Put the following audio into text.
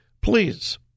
Please